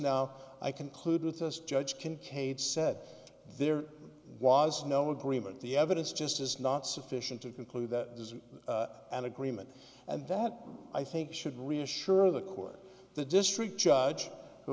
now i conclude with us judge can cade said there was no agreement the evidence just is not sufficient to conclude that it is an agreement and that i think should reassure the court the district judge who